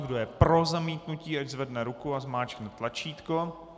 Kdo je pro zamítnutí, ať zvedne ruku a zmáčkne tlačítko.